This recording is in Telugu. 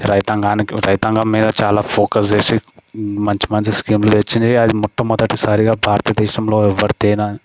రైతంగానికి రైతన్న మీద చాలా ఫోకస్ చేసి మంచి మంచి స్కీములు తెచ్చింది అది మొట్టమొదటిసారిగా భారత దేశంలో